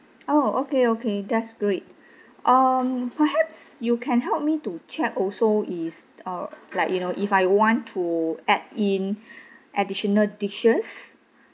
oh okay okay that's great um perhaps you can help me to check also is err like you know if I want to add in additional dishes